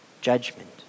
judgment